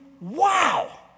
wow